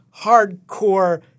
hardcore